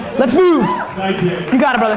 let's move. thank you. you got it, brother.